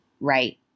right